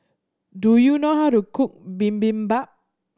do you know how to cook Bibimbap